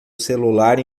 celular